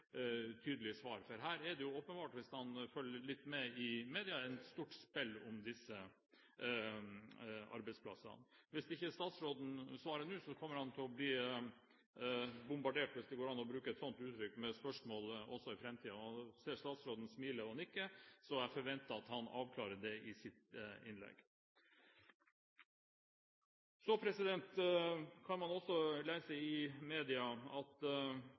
tydelig svar, for det er jo åpenbart, hvis man følger litt med i media, et stort spill om disse arbeidsplassene. Hvis ikke statsråden svarer nå, kommer han til å bli bombardert – hvis det går an å bruke et sånt uttrykk – med spørsmål også i framtiden. Jeg ser statsråden smile og nikke, så jeg forventer at han avklarer det i sitt innlegg. Så kan man også lese i media at